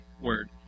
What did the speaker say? word